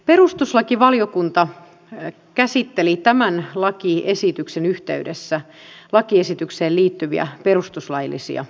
perustuslakivaliokunta käsitteli tämän lakiesityksen yhteydessä lakiesitykseen liittyviä perustuslaillisia haasteita